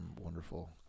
wonderful